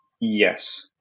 yes